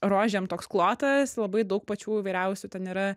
rožėm toks klotas labai daug pačių įvairiausių ten yra